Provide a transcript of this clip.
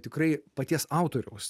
tikrai paties autoriaus